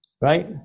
right